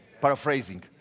paraphrasing